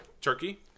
Turkey